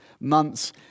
months